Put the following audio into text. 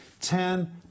Ten